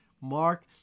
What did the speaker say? Mark